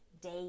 day